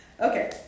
Okay